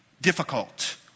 difficult